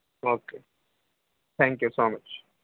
okay thank you so much